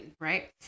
right